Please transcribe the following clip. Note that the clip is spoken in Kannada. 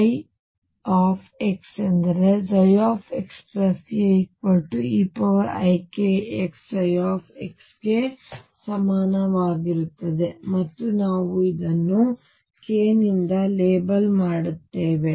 ಆದ್ದರಿಂದψ ಎಂದರೆψxa eikxψ ಗೆ ಸಮಾನವಾಗಿರುತ್ತದೆ ಮತ್ತು ನಾವು ಇದನ್ನು k ನಿಂದ ಲೇಬಲ್ ಮಾಡುತ್ತೇವೆ